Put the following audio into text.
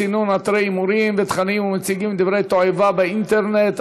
סינון אתרי הימורים ותכנים המציגים דברי תועבה באינטרנט),